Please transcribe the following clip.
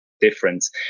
difference